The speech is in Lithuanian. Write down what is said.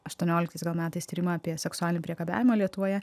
aštuonioliktais gal metais tyrimą apie seksualinį priekabiavimą lietuvoje